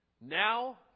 Now